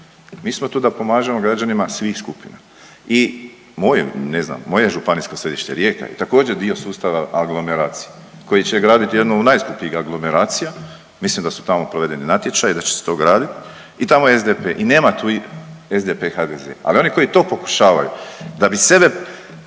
mi smo tu da pomažemo građanima svih skupina i mojim, ne znam, moje županijsko središte, Rijeka je također, dio sustava aglomeracija koje će graditi jedno od najskupljih aglomeracija, mislim da su tamo provedeni natječaji, da će se to graditi i tamo je SDP i nema tu, SDP, HDZ, ali oni koji to pokušavaju, da bi sebe